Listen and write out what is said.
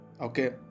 okay